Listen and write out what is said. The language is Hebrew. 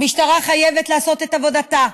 המשטרה חייבת לעשות את עבודתה,